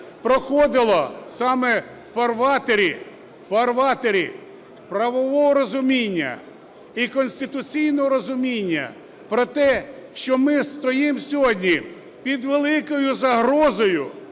проходило саме у фарватері правового розуміння і конституційного розуміння про те, що ми стоїмо сьогодні під великою загрозою